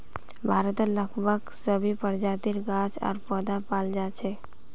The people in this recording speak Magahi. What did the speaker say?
भारतत लगभग सभी प्रजातिर गाछ आर पौधा पाल जा छेक